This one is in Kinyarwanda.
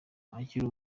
akiri